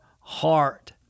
heart